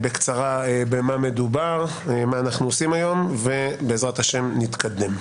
סקירה על מה מדובר ובעזרת השם נתקדם.